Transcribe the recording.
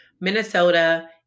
Minnesota